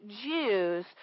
Jews